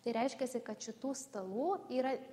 tai reiškiasi kad šitų stalų yra